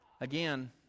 Again